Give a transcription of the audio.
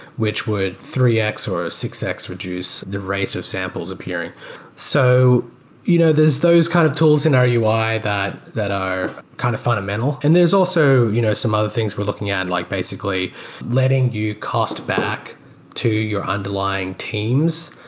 which would three x or six x reduce the rate of samples appearing so you know there's those kind of tools in our ui that that are kind of fundamental and there's also you know some other things we're looking at, like basically letting you cost back to your underlying teams.